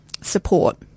support